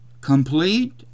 complete